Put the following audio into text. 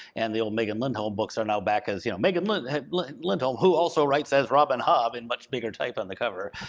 and the old megan lindholm books are now back as you know megan like like lindholm, who also writes as robin hobb in much bigger type on the cover,